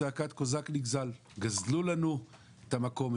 זעקת הקוזק הנגזל: גזלו לנו את המקום.